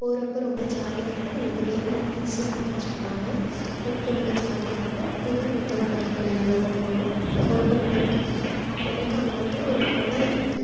போகிறப்ப ரொம்ப ஜாலியாக இருக்கும் நம்மளுக்கு வேண்டிய திங்க்ஸ்லாம் எடுத்து வச்சுக்குவாங்க போகிறப்ப ரொம்ப ஜாலியாக இருக்கும் புதூர் உத்தமனூர் வழியாக தான் போகணும் போகிறப்ப ரொம்ப இருக்கும் அப்புறமேட்டுக்கு அங்கே வந்து ஒரு குளம் இருக்குது